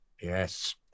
Yes